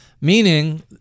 meaning